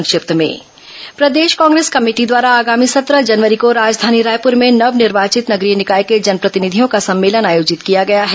संक्षिप्त समाचार प्रदेश कांग्रेस कमेटी द्वारा आगामी सत्रह जनवरी को राजधानी रायपुर में नव निर्वाचित नगरीय निकाय को जनप्रतिनिधियों का सम्मेलन आयोजित किया गया है